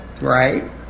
right